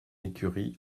écurie